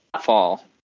fall